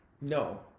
No